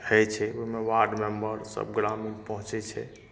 होइ छै ओहिमे वार्ड मेम्बर सब ग्रामीण पहुँचै छै